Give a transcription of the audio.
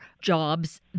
jobs